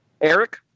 Eric